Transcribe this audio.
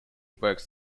works